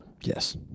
Yes